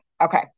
Okay